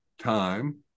time